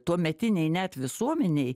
tuometinei net visuomenei